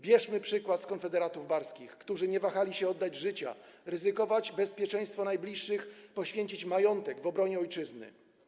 Bierzmy przykład z konfederatów barskich, którzy nie wahali się oddać życia, ryzykować bezpieczeństwo najbliższych, poświęcić majątek w obronie ojczyzny.